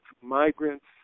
migrants